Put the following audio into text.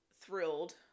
thrilled